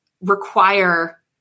require